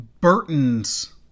Burton's